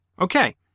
okay